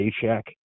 paycheck